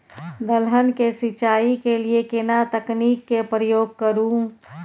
दलहन के सिंचाई के लिए केना तकनीक के प्रयोग करू?